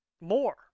more